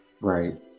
Right